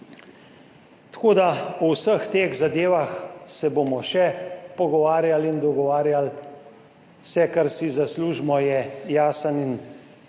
Tako da o vseh teh zadevah se bomo še pogovarjali in dogovarjali. Vse kar si zaslužimo je jasen in